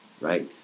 right